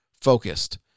focused